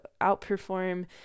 outperform